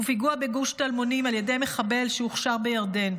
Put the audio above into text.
ופיגוע בגוש טלמונים על ידי מחבל שהוכשר בירדן.